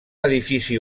edifici